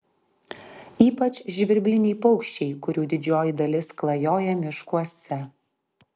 ypač žvirbliniai paukščiai kurių didžioji dalis klajoja miškuose